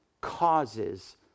causes